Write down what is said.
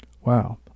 Wow